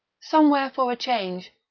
somewhere for a change.